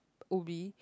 Ubi